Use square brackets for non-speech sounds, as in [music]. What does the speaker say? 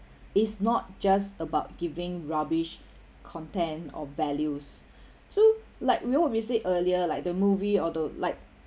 [breath] it's not just about giving rubbish content or values [breath] so like we'll visit earlier like the movie although like